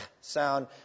sound